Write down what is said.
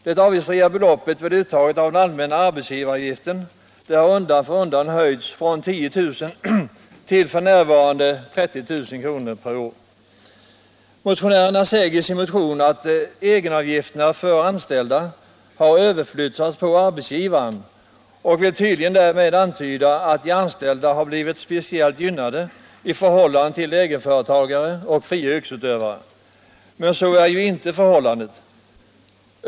Det avgiftsfria beloppet vid uttagandet av den allmänna arbetsgivaravgiften har undan för undan höjts från 10 000 till f.n. 30 000 kr. per år. Motionärerna säger i sin motion att ”egenavgiften för anställda har överflyttats på arbetsgivaren” och vill tydligen därmed antyda att de anställda har blivit speciellt gynnade i förhållande till egenföretagare och fria yrkesutövare. Men så är ju inte förhållandet.